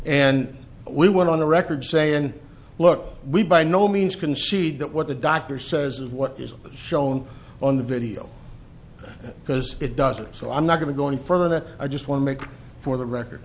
and we went on the record saying look we by no means concede that what the doctor says is what is shown on the video because it doesn't so i'm not going to go any further i just want to make for the record